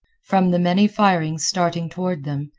from the many firings starting toward them,